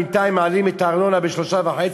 ובינתיים מעלים את הארנונה ב-3.5%,